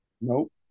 Nope